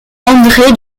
andré